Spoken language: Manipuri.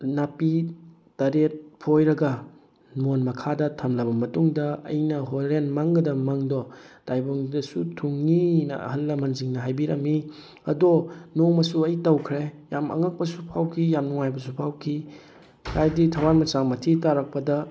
ꯅꯥꯄꯤ ꯇꯔꯦꯠ ꯐꯣꯏꯔꯒ ꯃꯣꯟ ꯃꯈꯥꯗ ꯊꯝꯂꯕ ꯃꯇꯨꯡꯗ ꯑꯩꯅ ꯍꯣꯔꯦꯟ ꯃꯪꯒꯗꯕ ꯃꯪꯗꯣ ꯇꯥꯏꯕꯪꯗꯁꯨ ꯊꯨꯡꯉꯤꯅ ꯑꯍꯜ ꯂꯃꯜꯁꯤꯡꯅ ꯍꯥꯏꯕꯤꯔꯝꯏ ꯑꯗꯣ ꯅꯣꯡꯃꯁꯨ ꯑꯩ ꯇꯧꯈ꯭ꯔꯦ ꯌꯥꯝ ꯑꯉꯛꯄꯁꯨ ꯐꯥꯎꯈꯤ ꯌꯥꯝ ꯅꯨꯡꯉꯥꯏꯕꯁꯨ ꯐꯥꯎꯈꯤ ꯍꯥꯏꯗꯤ ꯊꯋꯥꯟꯃꯤꯆꯥꯛ ꯃꯊꯤ ꯇꯥꯔꯛꯄꯗ